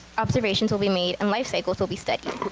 observations will be made and life cycles will be studied.